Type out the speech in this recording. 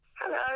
Hello